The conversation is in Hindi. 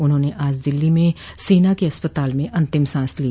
उन्होंने आज दिल्ली में सेना के अस्पताल में अंतिम सांस ली